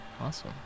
awesome